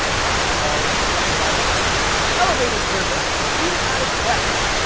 lecture hall, undergraduate laboratories elevator service, even at its best,